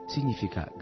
Significa